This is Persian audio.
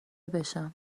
بشم